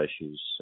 issues